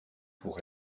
pour